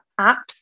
apps